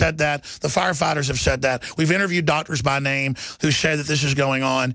said that the firefighters have said that we've interviewed doctors by name who said that this is going on